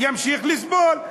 ימשיך לסבול.